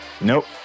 Nope